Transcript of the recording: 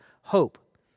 hope